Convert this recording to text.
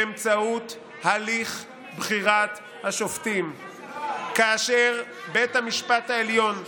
באמצעות הליך בחירת השופטים כאשר בית המשפט העליון מנע,